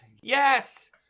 Yes